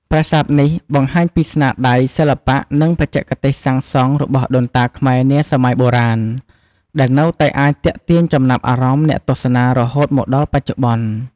ប្រាសាទនេះបង្ហាញពីស្នាដៃសិល្បៈនិងបច្ចេកទេសសាងសង់របស់ដូនតាខ្មែរនាសម័យបុរាណ ដែលនៅតែអាចទាក់ទាញចំណាប់អារម្មណ៍អ្នកទស្សនារហូតមកដល់បច្ចុប្បន្ន។